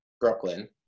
Brooklyn